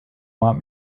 want